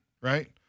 right